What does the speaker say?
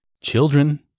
Children